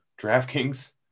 DraftKings